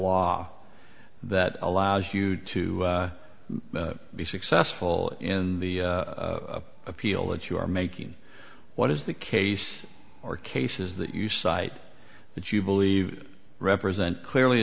law that allows you to be successful in the appeal that you are making what is the case or cases that you cite that you believe represent clearly